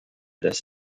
des